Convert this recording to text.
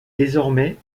désormais